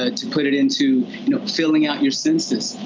ah to put it into, you know, filling out your census.